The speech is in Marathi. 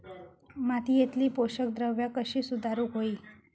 मातीयेतली पोषकद्रव्या कशी सुधारुक होई?